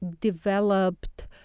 developed